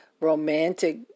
romantic